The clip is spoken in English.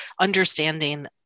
understanding